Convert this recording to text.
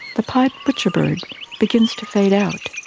the pied butcherbird begins to fade out,